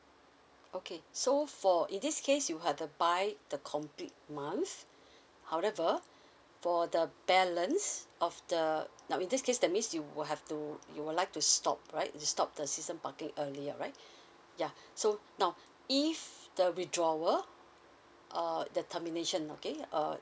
okay so for in this case you have to buy the complete month however for the balance of the now in this case that means you would have to you would like to stop right stop the season parking earlier right ya so now if there'll be withdrawer err the termination okay uh